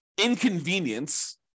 inconvenience